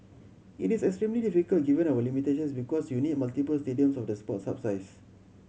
it is extremely difficult given our limitations because you need multiple stadiums of the Sports Hub size